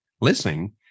listening